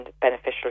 beneficial